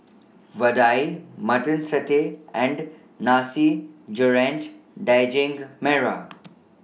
Vadai Mutton Satay and Nasi Goreng Daging Merah